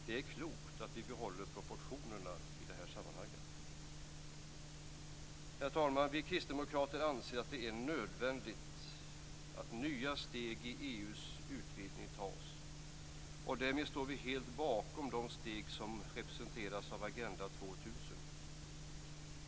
Det är klokt att vi behåller proportionerna i det här sammanhanget! Herr talman! Vi kristdemokrater anser att det är nödvändigt att nya steg i EU:s utvidgning tas, och därmed står vi helt bakom de steg som representeras av Agenda 2000.